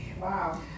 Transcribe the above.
Wow